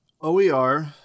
OER